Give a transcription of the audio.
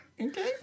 Okay